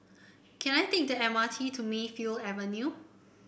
can I take the M R T to Mayfield Avenue